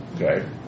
okay